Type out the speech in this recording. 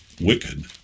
wicked